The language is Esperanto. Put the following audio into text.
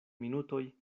minutoj